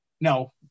No